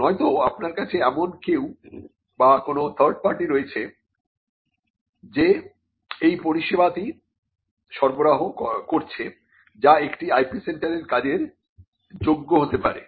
নয়ত আপনার কাছে এমন কেউ বা কোন থার্ড পার্টি রয়েছে যে এই পরিষেবাদি সরবরাহ করছে যা একটি IP সেন্টারের কাজের যোগ্য হতে পারে